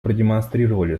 продемонстрировали